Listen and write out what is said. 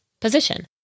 position